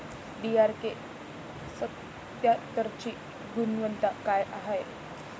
DRK सत्यात्तरची गुनवत्ता काय हाय?